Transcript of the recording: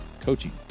coaching